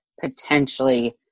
potentially